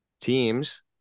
teams